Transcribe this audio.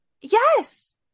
yes